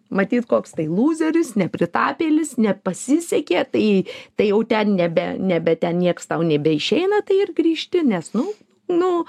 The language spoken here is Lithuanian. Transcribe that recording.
matyt koks tai lūzeris nepritapėlis nepasisekė tai tai jau ten nebe nebe ten nieks tau nebeišeina tai ir grįžti nes nu nu